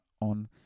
on